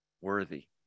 worthy